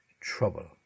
trouble